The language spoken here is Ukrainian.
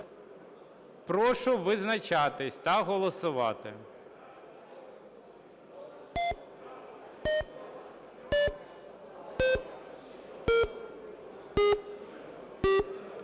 Прошу визначатись та голосувати.